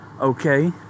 Okay